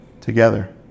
together